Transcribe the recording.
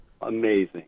amazing